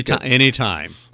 anytime